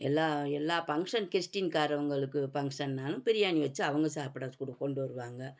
எல்லாம் எல்லாம் ஃபங்க்ஷன் கிறிஸ்டின்காரவங்களுக்கு ஃபங்க்ஷன்னாலும் பிரியாணி வச்சு அவங்க சாப்பிட குடுக்க கொண்டு வருவாங்க